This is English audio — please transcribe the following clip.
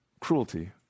cruelty